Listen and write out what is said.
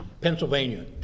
Pennsylvania